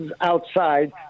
outside